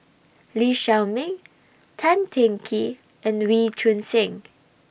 Lee Shao Meng Tan Teng Kee and Wee Choon Seng